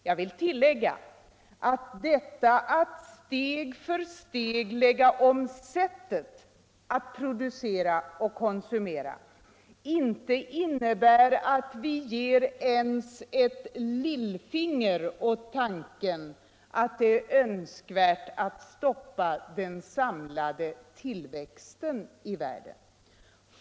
Jag vill tillägga att detta att steg för steg lägga om sättet att producera och konsumera inte innebär att ge ens ett lillfinger åt tanken att det är önskvärt att stoppa den samlade tillväxten i världen.